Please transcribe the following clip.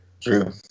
True